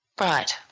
Right